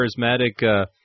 charismatic